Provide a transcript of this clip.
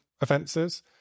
offences